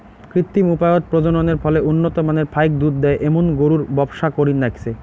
কৃত্রিম উপায়ত প্রজননের ফলে উন্নত মানের ফাইক দুধ দেয় এ্যামুন গরুর ব্যবসা করির নাইগচে